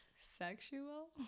sexual